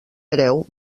hereu